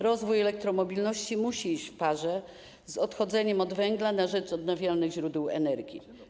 Rozwój elektromobilności musi iść w parze z odchodzeniem od węgla na rzecz odnawialnych źródeł energii.